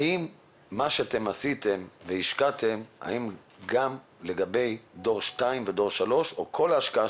האם מה שהשקעתם זה גם לגבי דור 2 ודור 3 או שכל ההשקעה